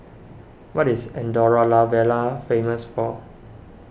what is Andorra La Vella famous for